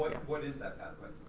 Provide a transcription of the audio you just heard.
yeah. what is that pathway?